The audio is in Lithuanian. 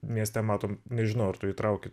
mieste matom nežinau ar tu įtrauki